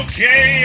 Okay